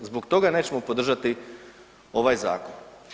Zbog toga nećemo podržati ovaj zakon.